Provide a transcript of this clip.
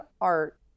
art